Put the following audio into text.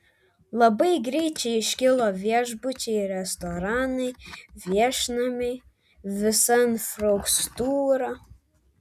labai greit čia iškilo viešbučiai restoranai viešnamiai visa infrastruktūra